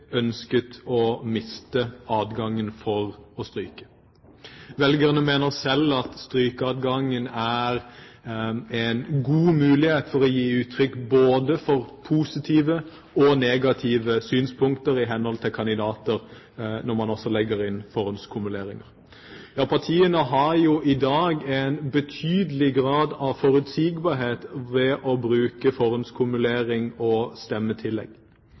ønsket å miste adgangen til å stryke. Velgerne mener selv at strykeadgangen er en god mulighet til å gi uttrykk både for positive og negative synspunkter i henhold til kandidater, når man også legger inn forhåndskumuleringer. Ja, partiene har jo i dag en betydelig grad av forutsigbarhet ved å bruke forhåndskumulering og stemmetillegg.